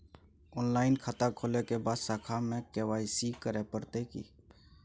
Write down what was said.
Online खाता खोलै के बाद शाखा में के.वाई.सी करे परतै की?